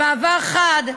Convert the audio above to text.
במעבר חד,